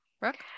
Brooke